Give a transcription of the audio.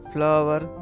Flower